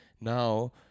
now